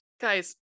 Guys